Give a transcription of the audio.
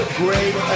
great